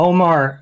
Omar